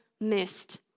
missed